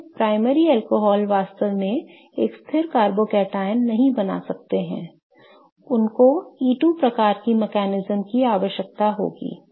क्योंकि प्राथमिक अल्कोहल वास्तव में एक स्थिर कार्बोकैटायन नहीं बना सकते हैं उनको E2 प्रकार के तंत्र की आवश्यकता होगी